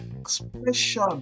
expression